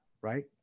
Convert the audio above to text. right